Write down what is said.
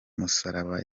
musaraba